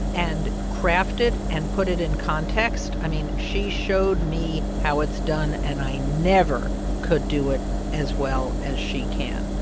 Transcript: and craft it and put it in context i mean, she showed me how it's done. and i never could do it as well as she can.